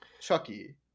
Chucky